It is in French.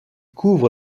couvre